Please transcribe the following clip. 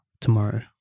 tomorrow